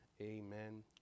amen